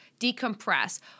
decompress